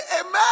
Amen